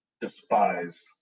despise